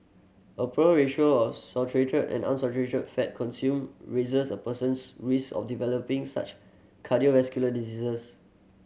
a poor ratio of saturated and unsaturated fat consumed raises a person's risk of developing such cardiovascular diseases